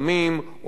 עורכים,